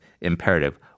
imperative